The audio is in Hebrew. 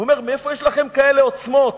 והוא אומר: מאיפה יש לכם כאלה עוצמות?